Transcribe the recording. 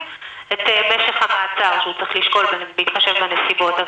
את משך המעצר שהוא צריך לשקול בהתחשב בנסיבות.